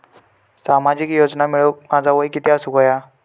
सामाजिक योजना मिळवूक माझा वय किती असूक व्हया?